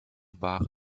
waren